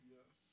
Yes